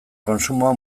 kontsumoa